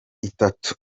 itatu